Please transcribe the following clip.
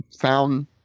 found